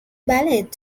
ballet